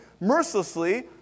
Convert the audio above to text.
mercilessly